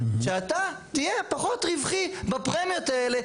שאתה תהיה פחות רווחי בפרמיות האלה,